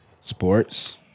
Sports